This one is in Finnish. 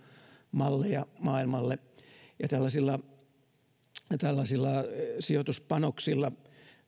malleja maailmalle tällaisilla sijoituspanoksilla